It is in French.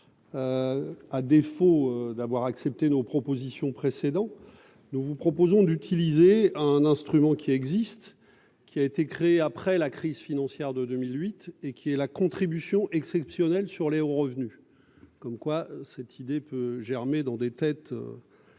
à défaut d'avoir accepté nos propositions précédent, nous vous proposons d'utiliser un instrument qui existe, qui a été créée après la crise financière de 2008 et qui est la contribution exceptionnelle sur les hauts revenus, comme quoi cette idée peut germer dans des têtes